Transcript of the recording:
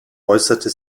äußerte